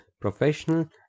professional